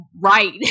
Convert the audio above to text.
right